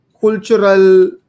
cultural